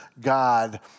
God